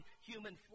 human